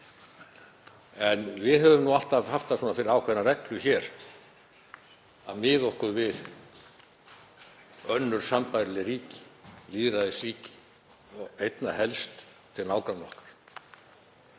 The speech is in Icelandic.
En við höfum alltaf haft það fyrir ákveðna reglu hér að miða okkur við önnur sambærileg ríki, lýðræðisríki, og einna helst nágranna okkar.